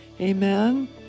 Amen